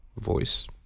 voice